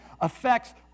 affects